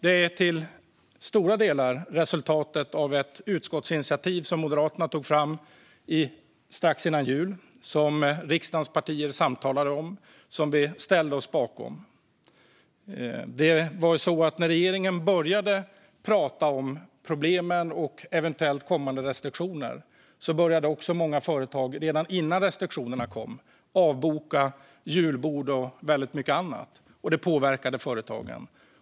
De är till stora delar resultatet av ett utskottsinitiativ som Moderaterna tog strax före jul, som riksdagens partier har samtalat om och som vi ställt oss bakom. Redan när regeringen började tala om problemen och eventuella kommande restriktioner började många företag avboka julbord och mycket annat, och det påverkade företagen.